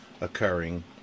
Occurring